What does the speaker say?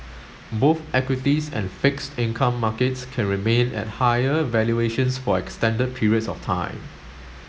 both equities and fixed income markets can remain at higher valuations for extended periods of time